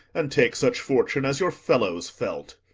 and take such fortune as your fellows felt.